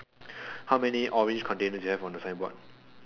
how many orange containers you have on the same board